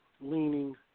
leaning